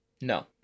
No